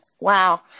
Wow